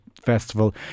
festival